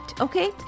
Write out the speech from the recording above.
okay